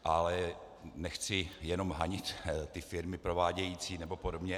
Ale nechci jenom hanět ty firmy provádějící nebo podobně.